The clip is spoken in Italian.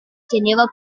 teneva